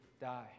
die